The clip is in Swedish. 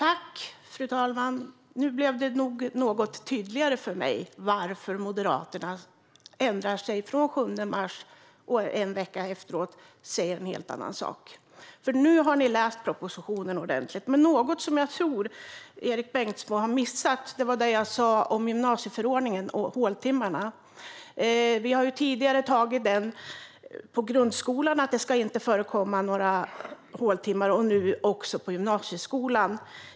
Fru talman! Nu blev det något tydligare för mig varför Moderaterna ändrar sig från den 7 mars och säger en helt annan sak en vecka senare. Nu har ni läst propositionen ordentligt, men något som jag tror att Erik Bengtzboe har missat var det jag sa om gymnasieförordningen och håltimmarna. För grundskolan har vi ju tidigare antagit att det inte ska förekomma några håltimmar, och nu gör vi det för gymnasieskolan.